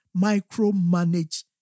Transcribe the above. micromanage